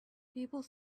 people